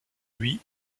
lui